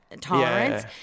tolerance